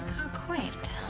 quaint.